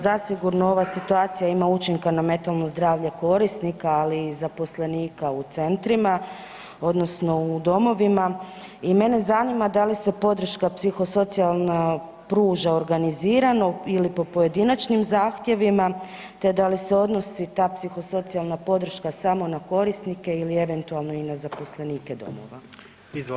Zasigurno ova situacija ima učinka na mentalno zdravlje korisnika, ali i zaposlenika u centrima odnosno u domovima i mene zanima da li se podrška psihosocijalna pruža organizirano ili po pojedinačnim zahtjevima, te da li se odnosi ta psihosocijalna podrška samo na korisnika ili eventualno i na zaposlenike domova?